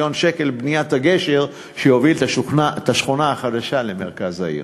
מיליון שקל בניית הגשר שיוביל את השכונה החדשה למרכז העיר.